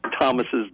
Thomas's